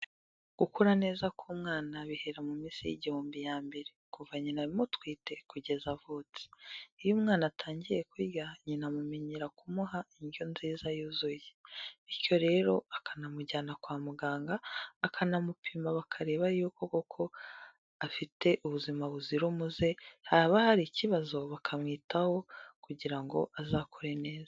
Gukura neza k'umwana bihera mu minsi ye igihumbi ya mbere, kuva nyina mutwite kugeza avutse, iyo umwana atangiye kurya, nyina amumenyera kumuha indyo nziza yuzuye, bityo rero akanamujyana kwa muganga, akanamupima bakareba yuko koko afite ubuzima buzira umuze, haba hari ikibazo bakamwitaho kugira ngo azakure neza.